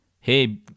hey